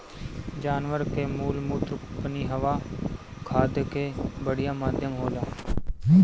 जानवर कअ मलमूत्र पनियहवा खाद कअ बढ़िया माध्यम होला